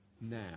now